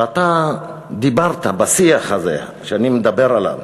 ואתה דיברת בשיח הזה, שאני מדבר עליו,